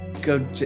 go